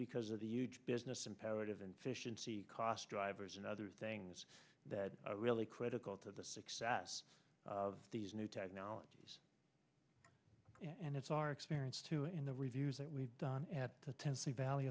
because of the huge business imperative in fish and sea cost drivers and other things that really critical to the success of these new technologies and it's our experience too in the reviews that we've done at the tennessee valley